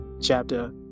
chapter